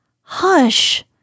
Hush